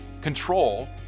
Control